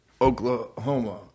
oklahoma